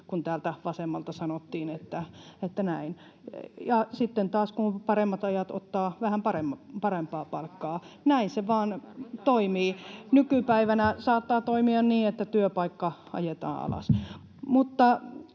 kuin täältä vasemmalta sanottiin, ja sitten taas kun on paremmat ajat, ottaa vähän parempaa palkkaa. Näin se vaan toimii. Nykypäivänä saattaa toimia niin, että työpaikka ajetaan alas.